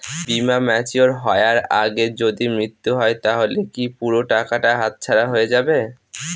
বীমা ম্যাচিওর হয়ার আগেই যদি মৃত্যু হয় তাহলে কি পুরো টাকাটা হাতছাড়া হয়ে যাবে?